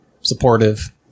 supportive